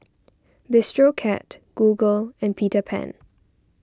Bistro Cat Google and Peter Pan